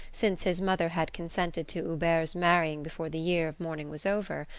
since his mother had consented to hubert's marrying before the year of mourning was over,